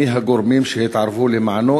מי הם הגורמים שהתערבו למענו,